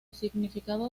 significado